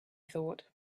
thought